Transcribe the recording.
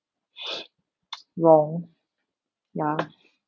wrong ya